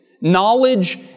knowledge